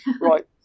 right